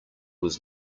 was